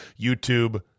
YouTube